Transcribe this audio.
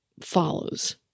follows